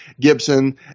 Gibson